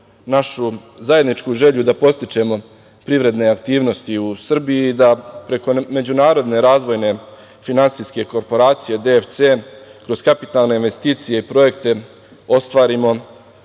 našu zajedničku želju da podstičemo privredne aktivnosti u Srbiji i da preko međunarodne razvojne finansijske korporacije DFC, kroz kapitalne investicije i projekte ostvarimo